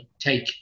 take